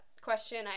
question